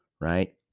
right